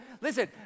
listen